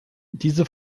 diese